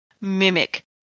mimic